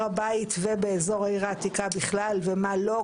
הבית ובאזור העיר העתיקה בכלל ומה לא?